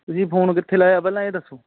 ਤੁਸੀਂ ਫੋਨ ਕਿੱਥੇ ਲਾਇਆ ਪਹਿਲਾਂ ਇਹ ਦੱਸੋ